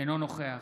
אינו נוכח